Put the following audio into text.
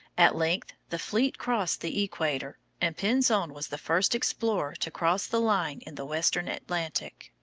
at length the fleet crossed the equator, and pinzon was the first explorer to cross the line in the western atlantic.